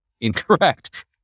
incorrect